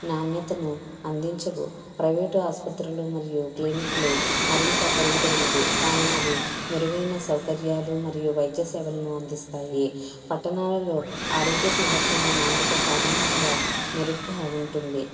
నాణ్యతను అందించవు ప్రైవేటు ఆసుపత్రులు మరియు క్లినిక్లు మరింత ఖరీదైనవి కానీ అవి మెరుగైన సౌకర్యాలు మరియు వైద్య సేవలను అందిస్తాయి పట్టణాలలో ఆరోగ్య సంరక్షణ నాణ్యత సాధారణంగా మెరుగ్గా ఉంటుంది